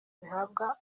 zihabwa